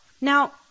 Now